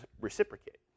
reciprocate